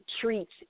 treats